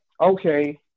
okay